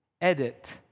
edit